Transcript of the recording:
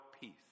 peace